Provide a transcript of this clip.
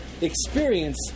experience